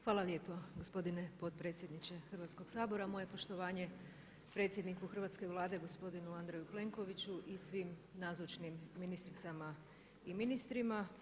Hvala lijepo gospodine potpredsjedniče Hrvatskoga sabora, moje poštovanje predsjedniku hrvatske Vlade gospodinu Andreju Plenkoviću i svim nazočnim ministricama i ministrima.